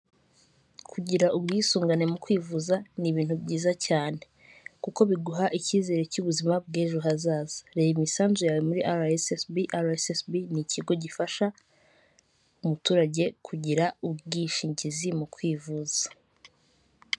Kugira ubwisungane mu kwivuza n'ibintu byiza cyane kuko biguha icyizere cy'ubuzima bw'ejo hazaza reba imisanzu yawe muri arasesibi arasesibi n'ikigo gifasha umuturage kugira ubwishingizi mu kwivuza.